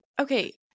Okay